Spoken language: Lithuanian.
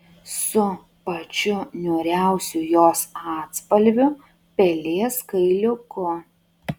su pačiu niūriausiu jos atspalviu pelės kailiuku